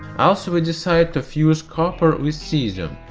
also we decided to fuse copper with cesium,